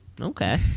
Okay